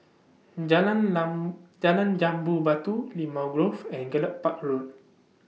Jalan Lan Jambu Batu Limau Grove and Gallop Park Road